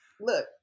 Look